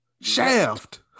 Shaft